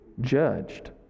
judged